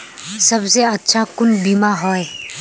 सबसे अच्छा कुन बिमा होय?